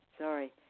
sorry